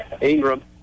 Ingram